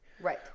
Right